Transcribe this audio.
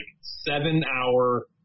seven-hour